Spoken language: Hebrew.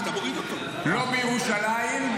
לא בירושלים,